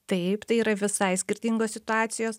taip tai yra visai skirtingos situacijos